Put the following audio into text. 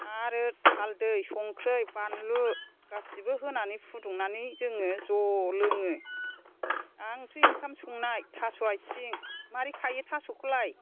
आरो हालदै संख्रि बानलु गासैबो होनानै फुदुंनानै जोङो ज' लोङो आरो ओंखाम ओंख्रि संनाय थास' आथिं माबोरै खायो थास'खौलाय